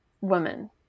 woman